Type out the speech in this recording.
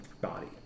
body